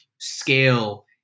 scale